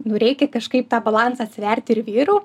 nu reikia kažkaip tą balansą atsverti ir vyrų